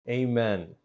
amen